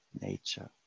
nature